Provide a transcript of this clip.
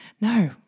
No